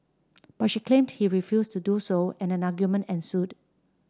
but she claimed he refused to do so and an argument ensued